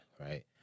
right